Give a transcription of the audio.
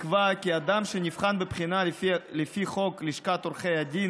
נקבע כי אדם שנבחן בבחינה לפי חוק לשכת עורכי הדין